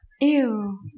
Ew